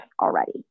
already